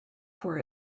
for